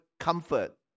comfort